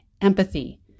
empathy